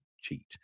cheat